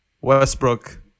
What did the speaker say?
Westbrook